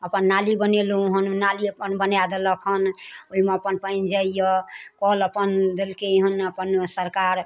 अपन नाली बनेलहुँ हन नाली अपन बनाए देलक हन ओइमे अपन पानि जाइए कल अपन देलकै हन अपन सरकार